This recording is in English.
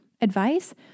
advice